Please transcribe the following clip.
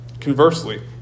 Conversely